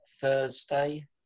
Thursday